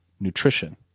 nutrition